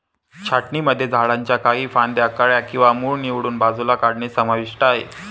छाटणीमध्ये झाडांच्या काही फांद्या, कळ्या किंवा मूळ निवडून बाजूला काढणे समाविष्ट आहे